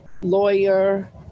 lawyer